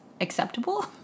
acceptable